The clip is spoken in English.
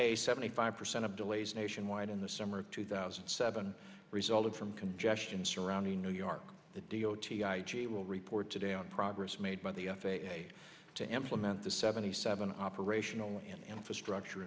a seventy five percent of delays nationwide in the summer of two thousand and seven resulted from congestion surrounding new york the d o t i g will report today on progress made by the f a a to implement the seventy seven operational and infrastructure